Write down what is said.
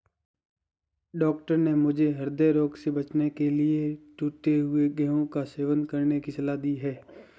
doctor ने मुझे हृदय रोग से बचने के लिए टूटे हुए गेहूं का सेवन करने की सलाह दी है